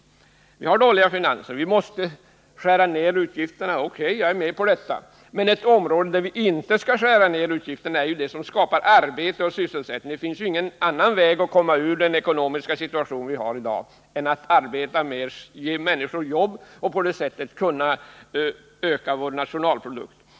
Det är riktigt att vi har dåliga finanser. Jag håller med om att vi måste skära ned utgifterna. Men områden där vi inte skall skära ned utgifterna är de som skapar arbete och sysselsättning. Det finns ingen annan väg att komma ur den ekonomiska situation vi har i dag än att ge människor jobb och på det sättet öka vår nationalprodukt.